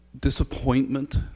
disappointment